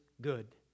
good